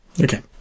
okay